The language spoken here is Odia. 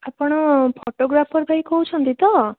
ଆପଣ ଫଟୋଗ୍ରାଫର୍ ଭାଇ କହୁଛନ୍ତି ତ